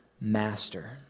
master